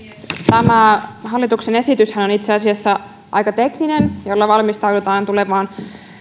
tämä hallituksen esityshän on itse asiassa aika tekninen ja sillä valmistaudutaan tulevaan